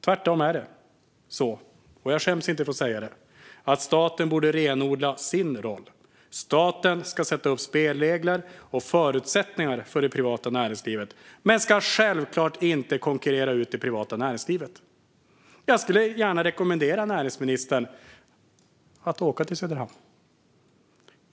Tvärtom borde staten - jag skäms inte för att säga det - renodla sin roll. Staten ska sätta upp spelregler och förutsättningar för det privata näringslivet men ska självklart inte konkurrera ut det. Jag skulle vilja rekommendera näringsministern att åka till Söderhamn.